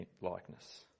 likeness